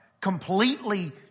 completely